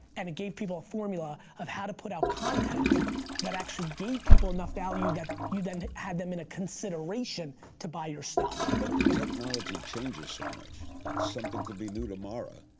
and it gave people a formula of how to put out content that actually gave people enough value that you then had them in a consideration to buy your stuff. but the technology changes so much that something could be new tomorrow,